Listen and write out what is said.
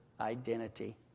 identity